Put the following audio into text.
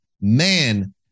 man